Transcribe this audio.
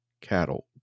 cattle